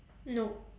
no